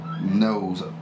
Knows